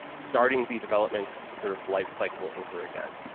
starting the development sort of life cycle over again,